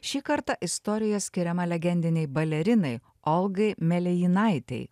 šį kartą istorija skiriama legendinei balerinai olgai melėjinaitei